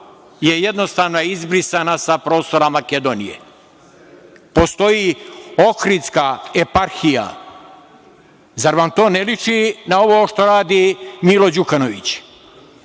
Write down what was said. jednostavno izbrisana sa prostora Makedonije. Postoji Ohridska eparhija. Zar vam to ne liči na ovo što radi Milo Đukanović?